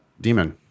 demon